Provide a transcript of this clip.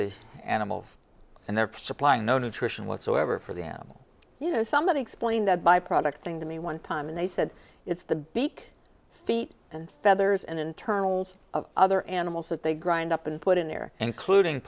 the animals and they're supplying no nutrition whatsoever for the animal you know somebody explain that byproduct thing to me one time and they said it's the beak feet and feathers and internals of other animals that they grind up and put in there including